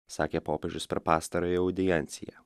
sakė popiežius per pastarąją audienciją